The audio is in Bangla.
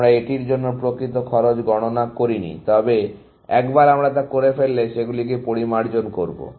আমরা এটির জন্য প্রকৃত খরচ গণনা করিনি তবে একবার আমরা তা করে ফেললে সেগুলিকে পরিমার্জন করবো